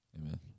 Amen